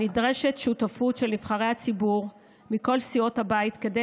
נדרשת שותפות של נבחרי הציבור מכל סיעות הבית כדי